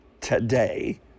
today